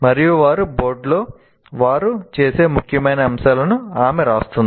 మరియు వారు బోర్డులో వారు చేసే ముఖ్యమైన అంశాలను ఆమె వ్రాస్తుంది